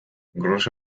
gros